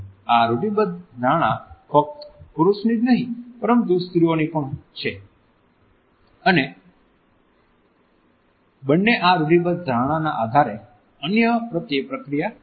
આ રૂઢિબદ્ધ ધારણા ફક્ત પુરુષની જ નહીં પરંતુ સ્ત્રીઓની પણ છે અને બંને આ રૂઢિબદ્ધ ધારણાના આધારે અન્ય પ્રત્યે પ્રતિક્રિયા આપે છે